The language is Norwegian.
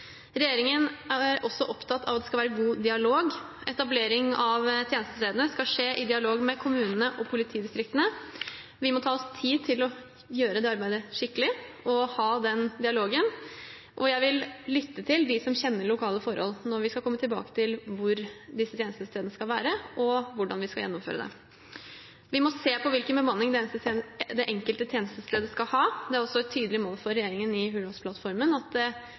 Regjeringen er også opptatt av at det skal være god dialog; etablering av tjenestestedene skal skje i dialog med kommunene og politidistriktene. Vi må ta oss tid til å gjøre det arbeidet skikkelig og å ha den dialogen. Jeg vil lytte til dem som kjenner lokale forhold, når vi skal komme tilbake til hvor disse tjenestestedene skal være, og hvordan vi skal gjennomføre det. Vi må se på hvilken bemanning det enkelte tjenestestedet skal ha. I Hurdalsplattformen er det også et tydelig mål for regjeringen